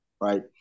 right